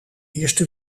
eerste